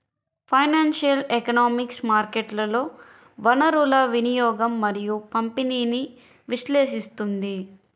financial economics మార్కెట్లలో వనరుల వినియోగం మరియు పంపిణీని విశ్లేషిస్తుంది